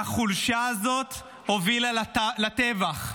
והחולשה הזאת הובילה לטבח.